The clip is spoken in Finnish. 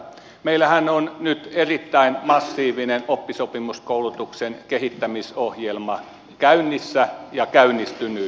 meillähän on nyt erittäin massiivinen oppisopimuskoulutuksen kehittämisohjelma käynnissä ja käynnistynyt